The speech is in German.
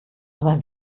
aber